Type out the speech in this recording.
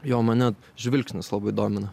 jo mane žvilgsnis labai domina